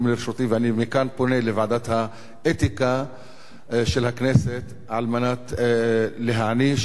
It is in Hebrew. ואני פונה מכאן לוועדת האתיקה של הכנסת על מנת שתעניש את חבר